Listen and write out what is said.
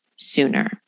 Sooner